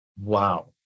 wow